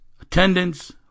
attendance